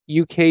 UK